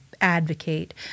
advocate